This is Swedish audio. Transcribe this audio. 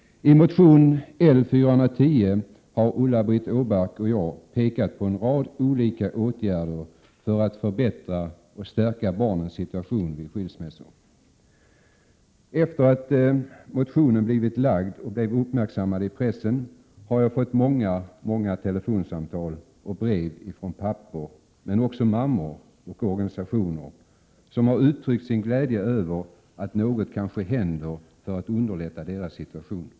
I motion L410 har Ulla-Britt Åbark och jag pekat på en rad olika åtgärder, som skulle kunna vidtas för att förbättra och stärka barnens situation vid skilsmässor. Efter att motionen blivit väckt och uppmärksammad i pressen har jag fått väldigt många telefonsamtal och brev från pappor, men också från mammor och organisationer, som har uttryckt sin glädje över att något kanske kommer att hända för att underlätta situationen.